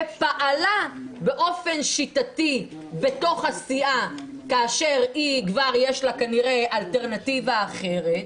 ופעלה באופן שיטתי בתוך הסיעה כאשר כבר יש לה כנראה אלטרנטיבה אחרת,